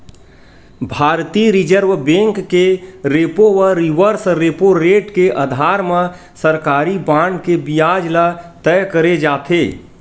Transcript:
भारतीय reserve bank के repo व रिवर्स रेपो रेट के अधार म सरकारी बांड के बियाज ल तय करे जाथे